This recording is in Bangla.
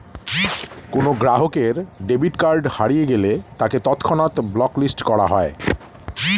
কোনো গ্রাহকের ডেবিট কার্ড হারিয়ে গেলে তাকে তৎক্ষণাৎ ব্লক লিস্ট করা হয়